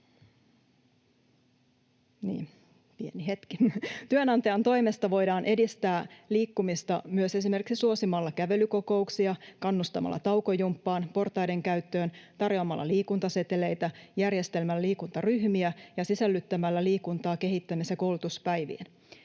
Pieni hetki. — Työnantajan toimesta voidaan edistää liikkumista myös esimerkiksi suosimalla kävelykokouksia, kannustamalla taukojumppaan ja portaiden käyttöön, tarjoamalla liikuntaseteleitä, järjestämällä liikuntaryhmiä ja sisällyttämällä liikuntaa kehittämis- ja koulutuspäiviin.